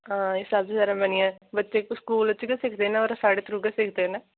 हां एह् सब बगैरा बच्चे स्कूल च गै सिखदे न साढ़े थ्रू गै सिखदे न